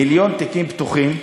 מיליון תיקים פתוחים.